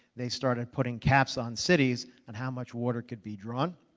they started putting caps on cities and how much water could be drawn.